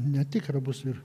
netikra bus ir